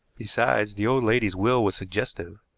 besides, the old lady's will was suggestive.